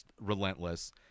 relentless